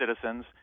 citizens